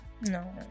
No